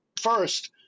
first